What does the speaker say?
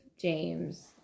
James